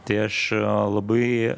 tai aš labai